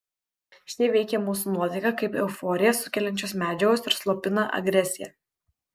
šie veikia mūsų nuotaiką kaip euforiją sukeliančios medžiagos ir slopina agresiją